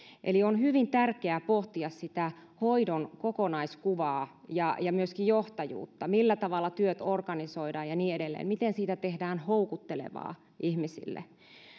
eli on hyvin tärkeää pohtia sitä hoidon kokonaiskuvaa ja ja myöskin johtajuutta millä tavalla työt organisoidaan ja niin edelleen miten siitä tehdään houkuttelevaa ihmisille